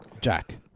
Jack